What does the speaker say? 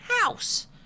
house